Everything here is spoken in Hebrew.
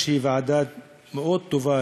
שהיא ועדה מאוד טובה,